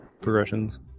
progressions